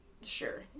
sure